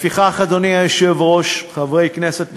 לפיכך, אדוני היושב-ראש, חברי כנסת נכבדים,